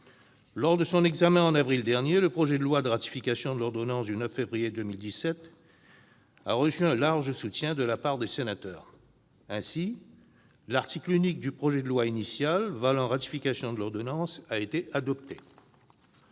Lors de son examen, en avril dernier, le projet de loi de ratification de l'ordonnance du 9 février 2017 a reçu un large soutien de la part des sénateurs. Ainsi, l'article unique du projet de loi initial, valant ratification de l'ordonnance, a été adopté.